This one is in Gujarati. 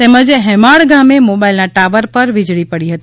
તેમજ હેમાળ ગામે મોબાઈલના ટાવર પર વીજળી પડી હતી